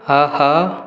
ஹா ஹா